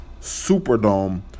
Superdome